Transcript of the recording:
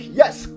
yes